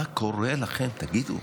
מה קורה לכם, תגידו?